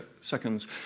seconds